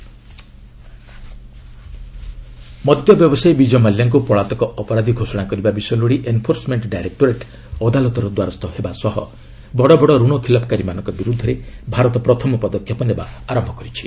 ED Mallya ମଦ୍ୟ ବ୍ୟବସାୟୀ ବିଜୟ ମାଲ୍ୟାଙ୍କୁ ପଳାତକ ଅପରାଧୀ ଘୋଷଣା କରିବା ବିଷୟ ଲୋଡ଼ି ଏନ୍ଫୋର୍ସମେଣ୍ଟ ଡାଇରେକ୍ଟୋରେଟ୍ ଅଦାଲତ୍ର ଦ୍ୱାରସ୍ଥ ହେବା ସହ ବଡ଼ବଡ଼ ରଣ ଖିଲାପକାରୀମାନଙ୍କ ବିରୁଦ୍ଧରେ ଭାରତ ପ୍ରଥମ ପଦକ୍ଷେପ ନେବା ଆରମ୍ଭ କରିଛି